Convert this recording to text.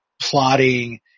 plotting